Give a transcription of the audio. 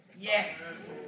Yes